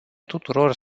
tuturor